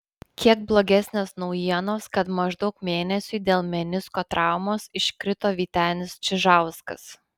kiek blogesnės naujienos kad maždaug mėnesiui dėl menisko traumos iškrito vytenis čižauskas